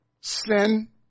sin